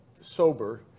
sober